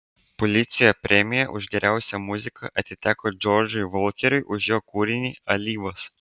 pulicerio premija už geriausią muziką atiteko džordžui volkeriui už jo kūrinį alyvos